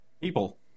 People